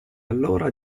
allora